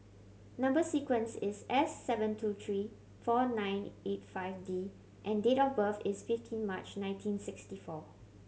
number sequence is S seven two three four nine eight five D and date of birth is fifteen March nineteen sixty four